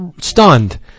stunned